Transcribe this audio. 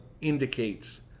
indicates